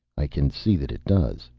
i can see that it does.